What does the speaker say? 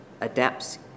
adapts